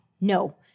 No